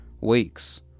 weeks